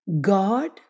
God